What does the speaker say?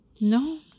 No